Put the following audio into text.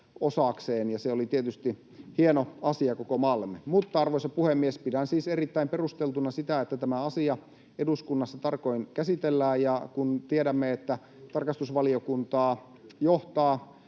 osakseen, ja se oli tietysti hieno asia koko maallemme. Arvoisa puhemies! Pidän siis erittäin perusteltuna sitä, että tämä asia eduskunnassa tarkoin käsitellään, ja kun tiedämme, että tarkastusvaliokuntaa johtaa